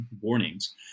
warnings